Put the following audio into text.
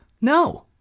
No